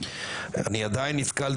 שאני עדיין נתקל,